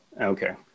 Okay